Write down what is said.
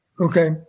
Okay